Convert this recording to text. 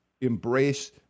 embrace